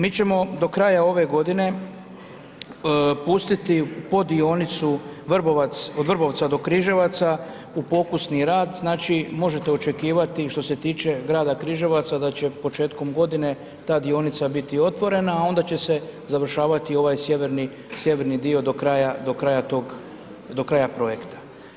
Mi ćemo do kraja ove godine pustiti po dionicu od Vrbovca do Križevaca u pokusni rad, znači možete očekivati što se tiče grada Križevaca da će početkom godine ta dionica biti otvorena, a onda će se završavati ovaj sjeverni dio do kraja projekta.